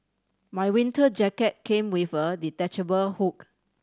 my winter jacket came with a detachable hook